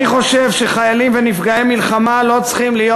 אני חושב שחיילים ונפגעי מלחמה לא צריכים להיות